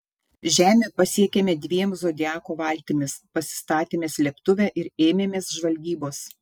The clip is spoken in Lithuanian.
žemę pasiekėme dviem zodiako valtimis pasistatėme slėptuvę ir ėmėmės žvalgybos